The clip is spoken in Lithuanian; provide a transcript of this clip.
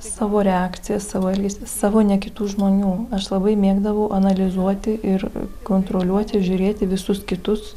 savo reakciją savo elgesį savo ne kitų žmonių aš labai mėgdavau analizuoti ir kontroliuoti žiūrėti visus kitus